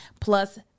Plus